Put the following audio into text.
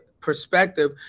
perspective